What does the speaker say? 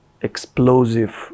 explosive